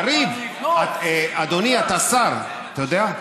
יריב, אדוני, אתה שר, אתה יודע?